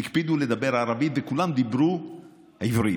הקפידו לדבר ערבית, וכולם דיברו עברית.